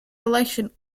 election